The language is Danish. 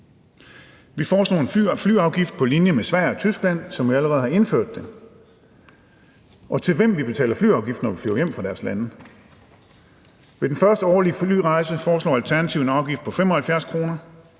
Vi foreslår en afgift på flyrejser på linje med Sverige og Tyskland, som allerede har indført det, og til hvem vi betaler flyafgift, når vi flyver hjem fra deres lande. Ved den første årlige flyrejse foreslår Alternativet en afgift på 75 kr.,